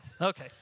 Okay